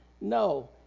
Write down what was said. No